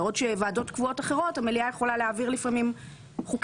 בעוד שלוועדות קבועות אחרות המליאה יכולה להעביר לפעמים חוקים,